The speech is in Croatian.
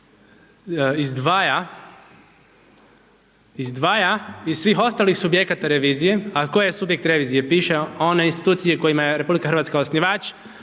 izdvaja iz svih ostalih subjekata revizije, a tko je subjekt revizije, piše vam, one institucije kojima je RH osnivač,